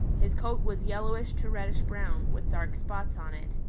his coat was yellowish to reddish-brown, with dark spots on it.